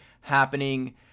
happening